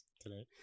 today